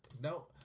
no